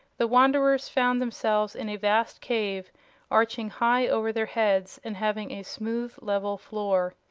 the wanderers found themselves in a vast cave arching high over their heads and having a smooth, level floor.